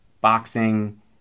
boxing